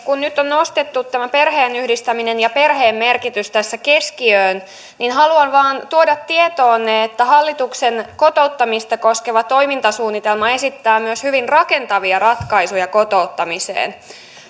kun nyt on nostettu tämä perheenyhdistäminen ja perheen merkitys tässä keskiöön niin haluan vain tuoda tietoonne että hallituksen kotouttamista koskeva toimintasuunnitelma esittää myös hyvin rakentavia ratkaisuja kotouttamiseen